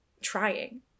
trying